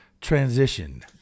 transition